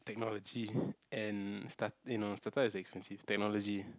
technology and start eh you know start up is expensive technology